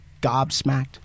gobsmacked